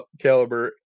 Caliber